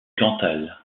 cantal